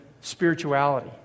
spirituality